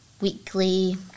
weekly